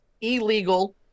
illegal